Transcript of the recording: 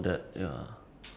no that one